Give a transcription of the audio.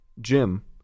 Jim